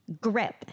grip